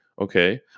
okay